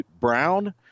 Brown